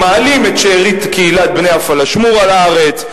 מעלים את שארית קהילת בני הפלאשמורה לארץ,